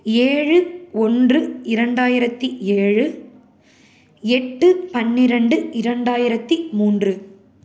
ஏழு ஒன்று இரண்டாயிரத்தி ஏழு எட்டு பன்னிரெண்டு இரண்டாயிரத்தி மூன்று